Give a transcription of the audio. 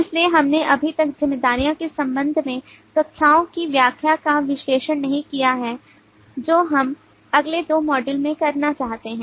इसलिए हमने अभी तक जिम्मेदारियों के संदर्भ में कक्षाओं की व्याख्या का विश्लेषण नहीं किया है जो हम अगले दो मॉड्यूल में करना चाहते हैं